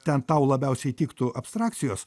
ten tau labiausiai tiktų abstrakcijos